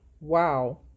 Wow